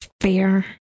fair